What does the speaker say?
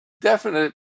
definite